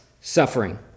suffering